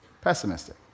pessimistic